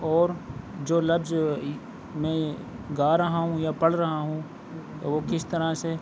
اور جو لفظ میں گا رہا ہوں یا پڑھ رہا ہوں وہ کس طرح سے